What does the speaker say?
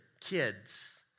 kids